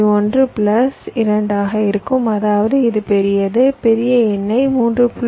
1 plus 2 ஆக இருக்கும் அதாவது இது பெரியது பெரிய எண்ணை 3